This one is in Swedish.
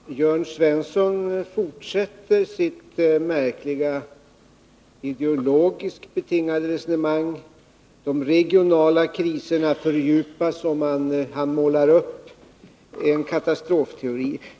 Herr talman! Jörn Svensson fortsätter sitt märkliga ideologiskt betingade resonemang. De regionala kriserna fördjupas, säger han, och han målar upp en katastrofteori.